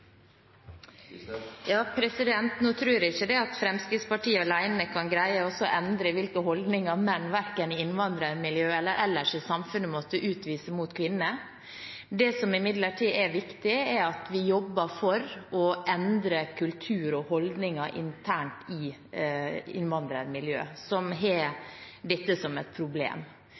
Jeg tror ikke Fremskrittspartiet alene kan greie å endre hvilke holdninger menn – verken i innvandrermiljø eller ellers i samfunnet – utviser mot kvinner. Det som imidlertid er viktig, er at vi jobber for å endre kultur og holdninger internt i innvandrermiljø som har dette som problem.